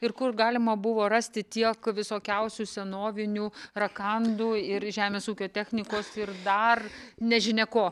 ir kur galima buvo rasti tiek visokiausių senovinių rakandų ir žemės ūkio technikos ir dar nežinia ko